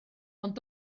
ond